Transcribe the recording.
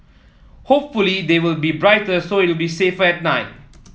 hopefully they will be brighter so it'll be safer at night